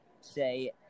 say